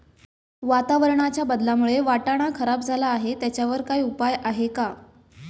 वातावरणाच्या बदलामुळे वाटाणा खराब झाला आहे त्याच्यावर काय उपाय आहे का?